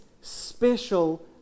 special